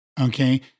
Okay